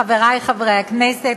חברי חברי הכנסת,